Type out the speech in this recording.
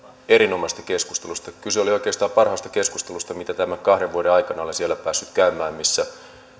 erinomaisesta keskustelusta kyse oli oikeastaan parhaasta keskustelusta mitä tämän kahden vuoden aikana olen siellä päässyt käymään missä